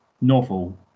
novel